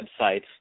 websites